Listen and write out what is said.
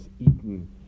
eaten